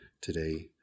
today